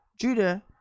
Judah